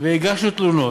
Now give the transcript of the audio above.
והגשנו תלונות,